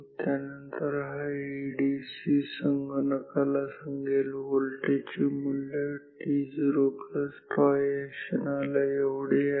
त्यानंतर हा एडीसी संगणकाला सांगेल व्होल्टेज चे मूल्य t0τ या क्षणाला एवढे आहे